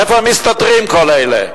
איפה הם מסתתרים, כל אלה?